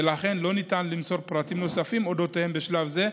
ולכן לא ניתן למסור פרטים נוספים על אודותיהם בשלב זה,